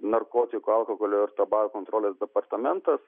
narkotikų alkoholio ir tabako kontrolės departamentas